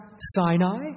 Sinai